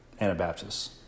Anabaptists